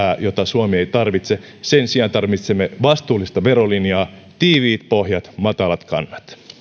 jota suomi ei tarvitse sen sijaan tarvitsemme vastuullista verolinjaa tiiviit pohjat matalat kannat